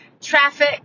traffic